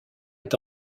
est